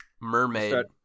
mermaid